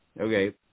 okay